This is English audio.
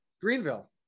Greenville